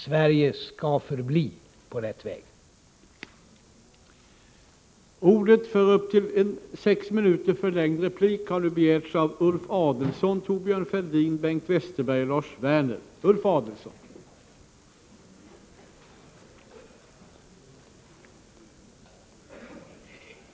Sverige skall förbli på rätt väg.